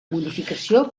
modificació